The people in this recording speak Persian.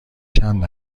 چند